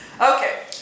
Okay